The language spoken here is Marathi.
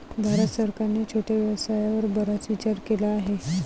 भारत सरकारने छोट्या व्यवसायावर बराच विचार केला आहे